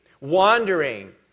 wandering